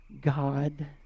God